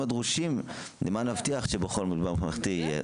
הדרושים למען הבטיח שבכל מטבח ממלכתי יהיה.